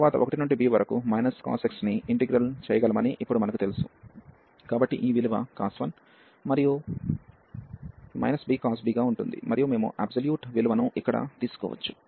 తరువాత 1 నుండి b వరకు cos x ని ఇంటిగ్రల్ చేయగలమని ఇప్పుడు మనకు తెలుసు కాబట్టి ఈ విలువ cos 1 మరియు b cos b గా ఉంటుంది మరియు మేము ఆ అబ్సొల్యూట్ విలువను అక్కడ తీసుకోవచ్చు